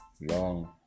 long